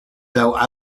though